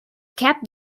kept